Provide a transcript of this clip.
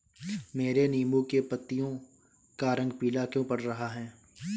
मेरे नींबू की पत्तियों का रंग पीला क्यो पड़ रहा है?